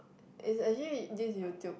is actually this YouTube